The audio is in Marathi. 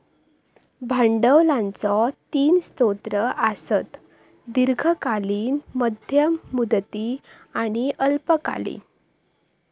भांडवलाचो तीन स्रोत आसत, दीर्घकालीन, मध्यम मुदती आणि अल्पकालीन